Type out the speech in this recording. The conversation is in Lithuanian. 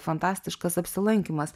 fantastiškas apsilankymas